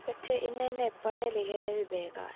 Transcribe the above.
बच्चे इन्ने इन्ने पढ़े लिखे दे बी बेकार